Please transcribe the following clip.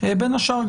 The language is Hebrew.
בין השאר,